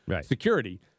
security